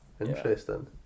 interesting